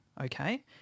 okay